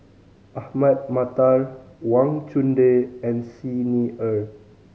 Ahmad Mattar Wang Chunde and Xi Ni Er